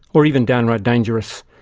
or even downright dangerous.